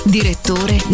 Direttore